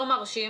לא מרשים,